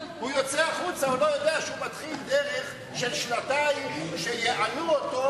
הוא יוצא החוצה והוא לא יודע שהוא מתחיל דרך של שנתיים שיענו אותו.